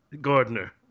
Gardner